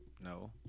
no